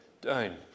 down